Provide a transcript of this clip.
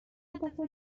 هدف